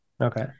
Okay